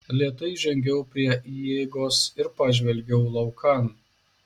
lėtai žengiau prie įeigos ir pažvelgiau laukan